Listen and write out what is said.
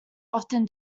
often